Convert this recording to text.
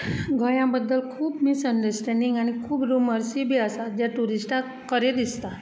गोंया बद्दल खूब मिसअंडरस्टेडींग आनी खूब रुमर्सूय बी आसात जे ट्युरिस्टाक खरे दिसतात